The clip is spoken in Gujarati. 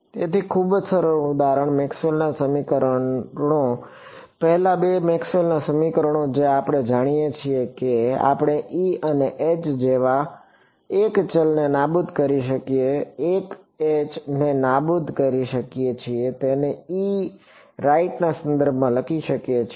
તેથી ખૂબ જ સરળ ઉદાહરણ મેક્સવેલના સમીકરણો પહેલા બે મેક્સવેલના સમીકરણો જે આપણે જાણીએ છીએ કે આપણે E અને H જેવા એક ચલને નાબૂદ કરી શકીએ છીએ I H ને નાબૂદ કરી શકીએ છીએ અને તેને E રાઇટના સંદર્ભમાં લખી શકીએ છીએ